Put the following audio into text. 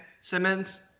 simmons